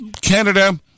canada